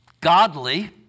godly